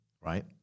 right